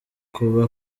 kuba